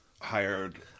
hired